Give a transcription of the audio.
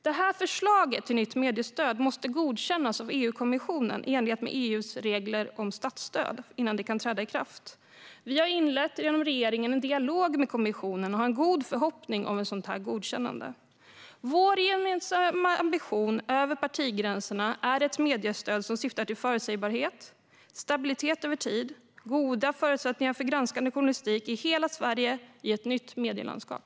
Detta förslag till nytt mediestöd måste godkännas av EU-kommissionen i enlighet med EU:s regler om statsstöd innan det kan träda i kraft. Vi har genom regeringen inlett en dialog med kommissionen och har en god förhoppning om ett godkännande. Vår gemensamma ambition över partigränserna är ett mediestöd som syftar till förutsägbarhet, stabilitet över tid och goda förutsättningar för granskande journalistik i hela Sverige i ett nytt medielandskap.